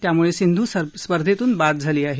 त्यामुळे सिंधू स्पर्धेतून बाद झाली आहे